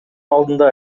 алдында